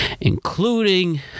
including